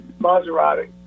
Maserati